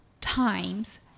times